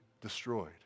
destroyed